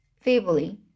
feebly